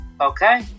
Okay